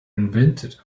invented